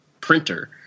printer